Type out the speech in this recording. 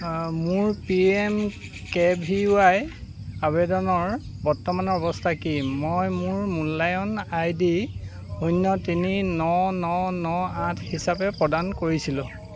মোৰ P M K V Y আবেদনৰ বৰ্তমানৰ অৱস্থা কি মই মোৰ মূল্যায়ন আই ডি শূন্য তিনি ন ন ন আঠ হিচাপে প্ৰদান কৰিছিলোঁ